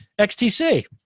XTC